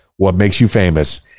WhatMakesYouFamous